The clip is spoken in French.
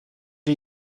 est